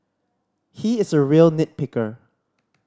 he is a real nit picker